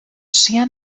ŝia